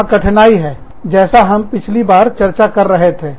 वहां कठिनाई है जैसा हम पिछली बार चर्चा कर रहे थे